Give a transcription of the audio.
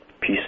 Peace